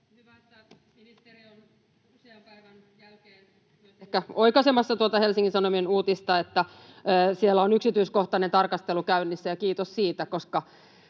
Hyvä, että ministeri on usean päivän jälkeen nyt ehkä oikaisemassa tuota Helsingin Sanomien uutista, eli siellä on yksityiskohtainen tarkastelu käynnissä, ja kiitos siitä,